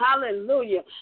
hallelujah